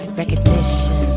recognition